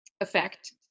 effect